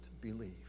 believe